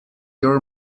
your